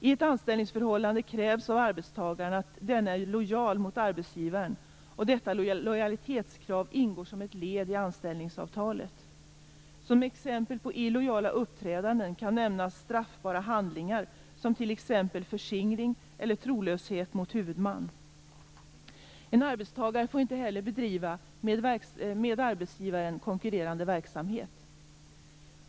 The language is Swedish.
I ett anställningsförhållande krävs av arbetstagaren att denne är lojal mot arbetsgivaren, och detta lojalitetskrav ingår som ett led i anställningsavtalet. Som exempel på illojala uppträdanden kan nämnas straffbara handlingar som t.ex. förskingring eller trolöshet mot huvudman. En arbetstagare får inte heller bedriva med arbetsgivaren konkurrerande verksamhet.